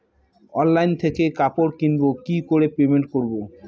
Online থেকে কাপড় কিনবো কি করে পেমেন্ট করবো?